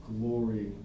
glory